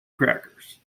crackers